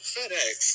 FedEx